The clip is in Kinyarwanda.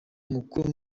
umukuru